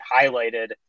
highlighted